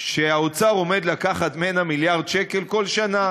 שהאוצר עומד לקחת ממנה מיליארד שקל כל שנה.